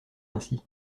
ainsi